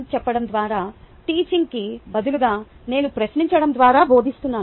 చెప్పడం ద్వారా టీచింగ్కి బదులుగా నేను ప్రశ్నించడం ద్వారా బోధిస్తున్నాను